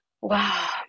wow